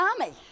army